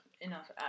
enough